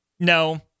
No